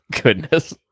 Goodness